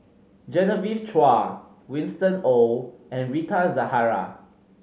Genevieve Chua Winston Oh and Rita Zahara